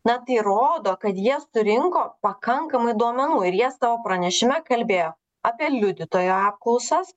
na tai rodo kad jie surinko pakankamai duomenų ir jie savo pranešime kalbėjo apie liudytojų apklausas